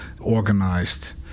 organized